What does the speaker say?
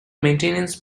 maintenance